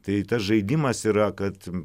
tai tas žaidimas yra kad